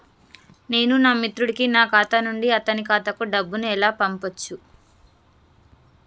నేను నా మిత్రుడి కి నా ఖాతా నుండి అతని ఖాతా కు డబ్బు ను ఎలా పంపచ్చు?